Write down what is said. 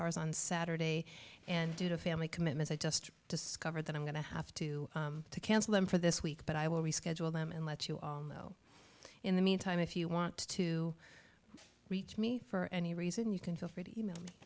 hours on saturday and due to family commitments i just discovered that i'm going to have to cancel them for this week but i will reschedule them and let you all know in the meantime if you want to reach me for any reason you can feel free to email me